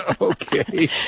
Okay